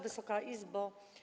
Wysoka Izbo!